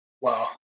Wow